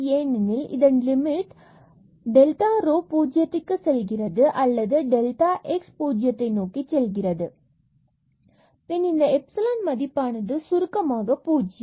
ஏனெனில் இதன் limit delta rho 0க்கு செல்கிறது அல்லது அல்லது delta xக்கு செல்கிறது மற்றும் delta y 0க்கு செல்கிறது பின் இந்த epsilon மதிப்பானது சுருக்கமாக 0